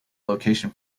location